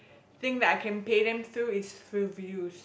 thing that I can pay them through is through views